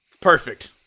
perfect